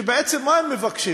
שבעצם מה הם מבקשים?